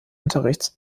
unterrichts